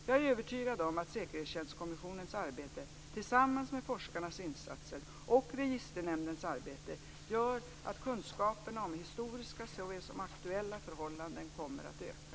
Jag är övertygad om att Säkerhetstjänstkommissionens arbete tillsammans med forskarnas insatser och Registernämndens arbete gör att kunskaperna om historiska såväl som aktuella förhållanden kommer att öka.